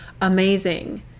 amazing